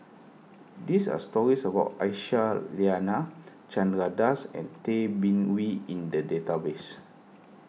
these are stories about Aisyah Lyana Chandra Das and Tay Bin Wee in the database